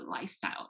lifestyle